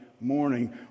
morning